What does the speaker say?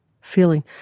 feeling